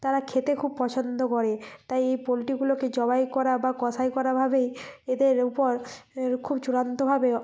তারা খেতে খুব পছন্দ করে তাই এই পোলট্রিগুলোকে জবাই করা বা কষাই করা ভাবেই এদের উপর খুব চূড়ান্তভাবে